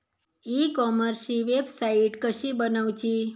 E कॉमर्सची website कशी बनवची?